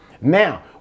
Now